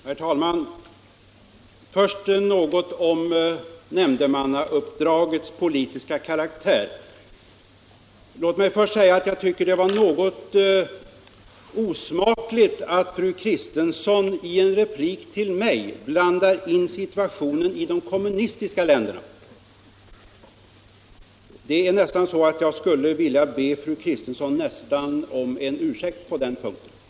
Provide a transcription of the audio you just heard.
Herr talman! Först något om nämndemannauppdragets politiska karaktär. Låt mig säga att jag tycker det var något osmakligt att fru Kristensson i repliken till mig blandade in situationen i de kommunistiska länderna. Jag tycker nästan att fru Kristensson borde be mig om ursäkt på den punkten.